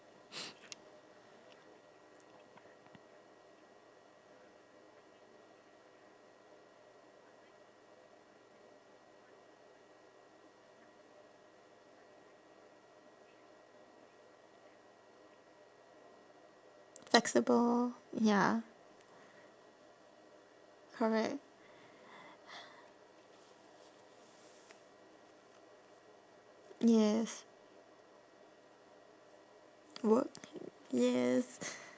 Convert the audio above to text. flexible ya correct yes work yes